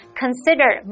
consider